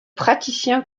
praticiens